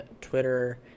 Twitter